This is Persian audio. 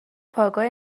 پایگاه